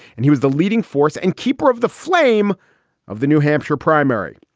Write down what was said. and he was the leading force and keeper of the flame of the new hampshire primary.